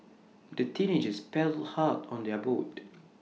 the teenagers paddled hard on their boat